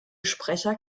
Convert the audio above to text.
sprecher